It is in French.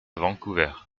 vancouver